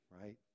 right